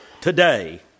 today